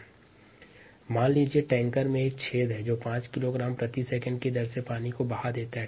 refer slide time 1640 मान लीजिए tanker में एक छेद है जो 5 किलोग्राम प्रति सेकंड की दर से पानी को बहा देता है